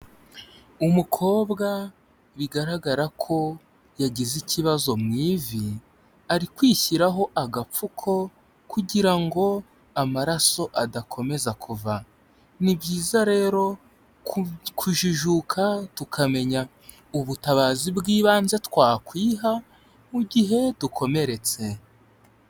Umukobwa bigaragara ko yagize ikibazo mu ivi, ari kwishyiraho agapfuko kugira ngo amaraso adakomeza kuva. Ni byiza rero kujijuka tukamenya ubutabazi bw'ibanze twakwiha, mu gihe dukomeretse.